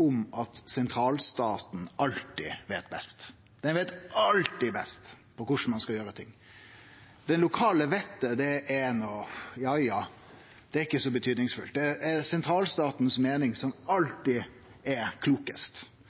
om at sentralstaten alltid veit best. Den veit alltid best om korleis ein skal gjere ting. Det lokale vettet har ikkje så stor betydning. Det er sentralstatens meining som alltid er klokast. Den byggjer også på ideen om at det store er